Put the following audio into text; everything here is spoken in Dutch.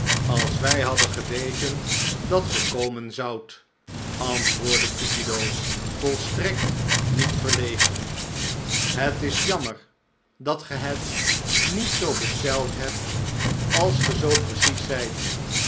als wij hadden geweten dat ge komen zoudt antwoordde cupido volstrekt niet verlegen het is jammer dat ge het niet zoo besteld hebt als ge zoo precies zijt